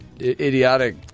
Idiotic